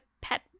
pet